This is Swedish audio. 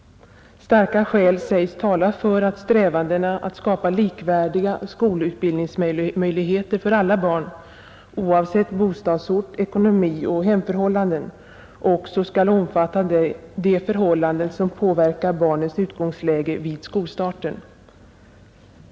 Starka skäl sägs tala för att strävandena att skapa likvärdiga skolutbildningsmöjligheter för alla barn oavsett bostadsort, ekonomi och hemförhållanden också skall omfatta de förhållanden som påverkar barnens utgångsläge vid skolstarten.